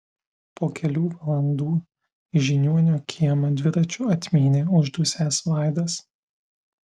po kelių valandų į žiniuonio kiemą dviračiu atmynė uždusęs vaidas